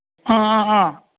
ꯑꯥ ꯑꯥ ꯑꯥ